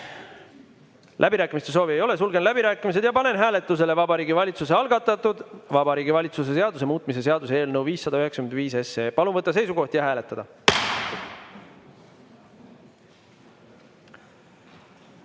Läbirääkimiste soovi ei ole. Sulgen läbirääkimised. Ja panen hääletusele Vabariigi Valitsuse algatatud Vabariigi Valitsuse seaduse muutmise seaduse eelnõu 595. Palun võtta seisukoht ja hääletada!